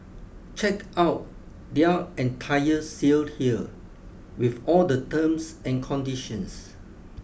check out their entire sale here with all the terms and conditions